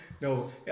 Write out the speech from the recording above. No